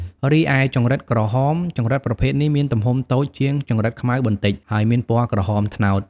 រីឯចង្រិតក្រហម ចង្រិតប្រភេទនេះមានទំហំតូចជាងចង្រិតខ្មៅបន្តិច ហើយមានពណ៌ក្រហមត្នោត។